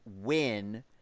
win